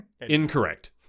Incorrect